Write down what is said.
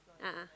a'ah